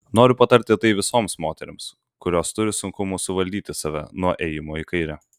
noriu patarti tai visoms moterims kurios turi sunkumų suvaldyti save nuo ėjimo į kairę